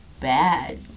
bad